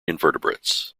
invertebrates